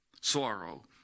Sorrow